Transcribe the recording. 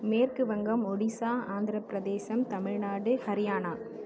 மேற்குவங்கம் ஒடிசா ஆந்திரப் பிரதேசம் தமிழ்நாடு ஹரியானா